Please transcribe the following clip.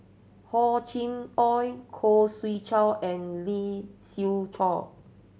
Hor Chim Or Khoo Swee Chiow and Lee Siew Choh